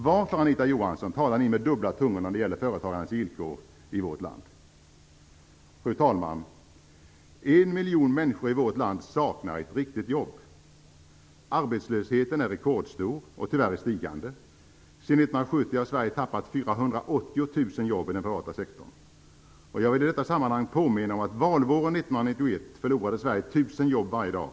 Varför, Anita Johansson, talar Socialdemokraterna med dubbla tungor när det gäller företagarnas villkor i vårt land? Fru talman! En miljon människor i vårt land saknar ett riktigt jobb. Arbetslösheten är rekordstor och tyvärr i stigande. Sedan 1970 har Sverige tappat 480 000 jobb i den privata sektorn. Jag vill i detta sammanhang påminna om att valvåren 1991 förlorade Sverige 1 000 jobb varje dag.